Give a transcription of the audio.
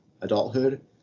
adulthood